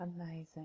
Amazing